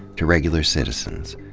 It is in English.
to regular citizens.